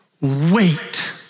wait